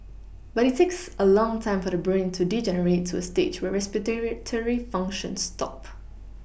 but it takes a long time for the brain to degenerate to a stage where respiratory functions stop